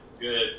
good